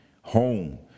home